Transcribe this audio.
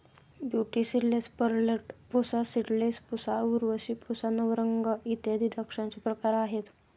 beauty seedless, Perlette, Pusa seedless, Pusa Urvashi, Pusa Navrang इत्यादी द्राक्षांचे प्रकार आहेत